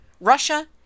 Russia